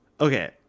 okay